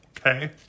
Okay